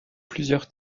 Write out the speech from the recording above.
plusieurs